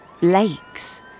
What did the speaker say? lakes